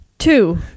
Two